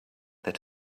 that